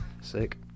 sick